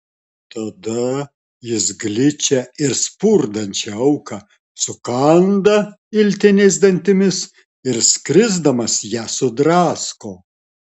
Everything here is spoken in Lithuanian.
tada jis gličią ir spurdančią auką sukanda iltiniais dantimis ir skrisdamas ją sudrasko